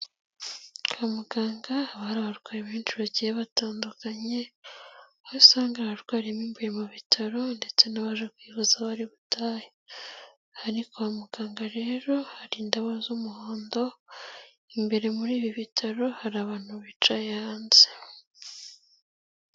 Kwa muganga haba hari abarwayi benshi bagiye batandukanye, aho usanga abarwayimo imbere mu bitaro ndetse n'abaje kwivuza bari butahe, aha ni kwa muganga rero hari indabo z'umuhondo, imbere muri ibi bitaro hari abantu bicaye hanze.